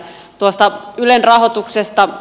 tuosta ylen rahoituksesta